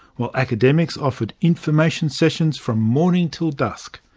while academics offered information sessions from morning until dusk.